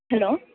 hello